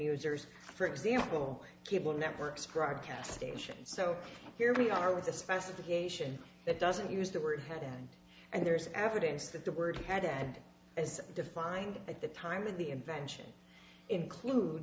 users for example cable networks broadcast stations so here we are with the specification that doesn't use the word and there is evidence that the word had as defined at the time of the invention include